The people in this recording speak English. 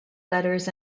letters